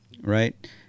right